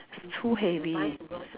it's too heavy